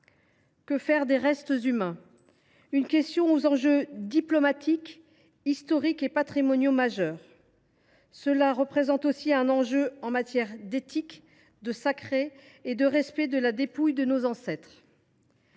Que faire des restes humains ? C’est une question aux enjeux diplomatiques, historiques et patrimoniaux majeurs. Cela représente aussi un enjeu en matière, d’éthique, de sacré et de respect de la dépouille de nos ancêtres.